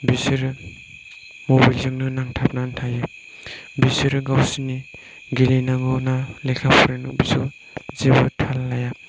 बिसोरो मबाइलजोंनो नांथाबनानै थायो बिसोर गावसोरनि गेलेनांगौ ना लेखा फरायनांगौ सम जेबो थाल लाया